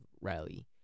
rally